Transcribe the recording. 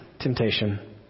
temptation